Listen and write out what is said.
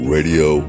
Radio